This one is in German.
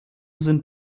sind